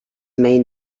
main